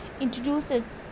introduces